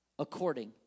According